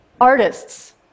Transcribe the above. Artists